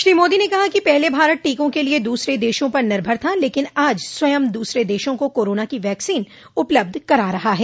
श्री मोदी ने कहा कि पहले भारत टीकों के लिए दूसरे देशों पर निर्भर था लेकिन आज आज स्वयं दूसरे देशों को कोरोना की वैक्सीन उपलब्ध करा रहा है